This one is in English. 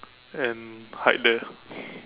and hide there